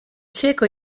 cieco